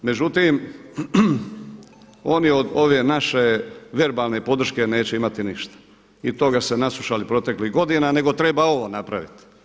Međutim, oni od ove naše verbalne podrške neće imati ništa i toga se naslušali proteklih godina, nego treba ovo napraviti.